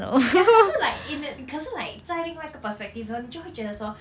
ya 可是 like in the 可是 like 在另外一个 perspective 你就会觉得说